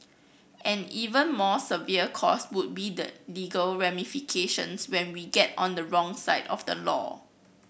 an even more severe cost would be the legal ramifications when we get on the wrong side of the law